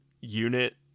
unit